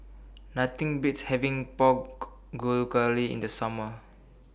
Nothing Beats having Pork in The Summer